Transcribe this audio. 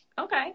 Okay